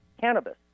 Cannabis